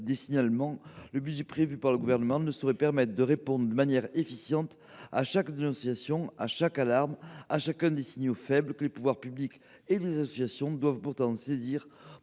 des signalements, le budget prévu par le Gouvernement ne permet pas de répondre, de manière efficiente, à chaque dénonciation, à chaque alarme, à chacun des signaux faibles que les pouvoirs publics et les associations doivent pourtant saisir